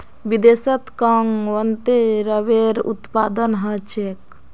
विदेशत कां वत्ते रबरेर उत्पादन ह छेक